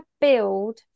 build